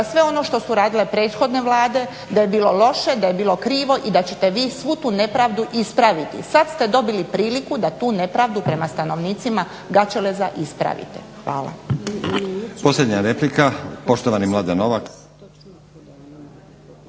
sve ono što su radile prethodne vlade da je bilo loše i da je bilo krivo i da ćete vi svu tu nepravdu ispraviti. Sada ste dobili priliku da tu nepravdu prema stanovnicima Gaćeleza ispravite. Hvala.